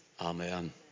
Amen